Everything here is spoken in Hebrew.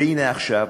והנה עכשיו,